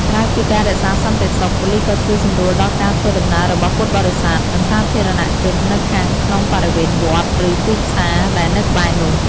ក្រៅពីការរក្សាសន្តិសុខ ប៉ូលិសក៏ជួយសម្រួលដល់ការធ្វើដំណើររបស់ពុទ្ធបរិស័ទ និងសាធារណជននៅខាងក្នុងបរិវេណវត្ត ឬទីផ្សារដែលនៅក្បែរនោះ។